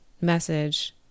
message